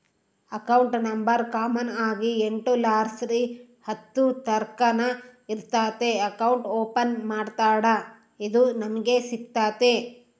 account number common ಆಗಿ ಎಂಟುರ್ಲಾಸಿ ಹತ್ತುರ್ತಕನ ಇರ್ತತೆ ಅಕೌಂಟ್ ಓಪನ್ ಮಾಡತ್ತಡ ಇದು ನಮಿಗೆ ಸಿಗ್ತತೆ